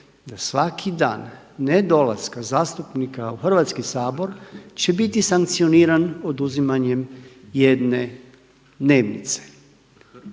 da svaki dan ne dolaska zastupnika u Hrvatski sabor će biti sankcioniran oduzimanjem jedne dnevnice